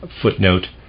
footnote